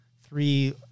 three